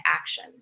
action